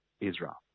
Israel